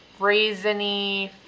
raisiny